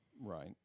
Right